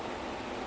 mm